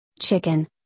Chicken